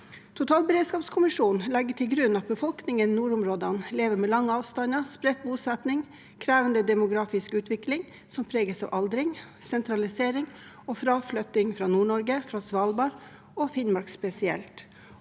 Totalberedskapskommisjonen legger til grunn at befolkningen i nordområdene lever med lange avstander, spredt bosetning og en krevende demografisk utvikling som preges av aldring, sentralisering og fraflytting fra Nord-Norge, Svalbard og Finnmark spesielt,